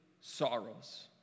sorrows